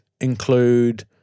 include